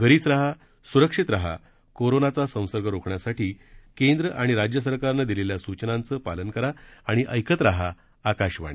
घरीच रहा सुरक्षित रहा कोरोनाचा संसर्ग रोखण्यासाठी केंद्र िणि राज्य सरकारनं दिलेल्या सूचनांचं पालन करा िणि ऐकत रहा काशवाणी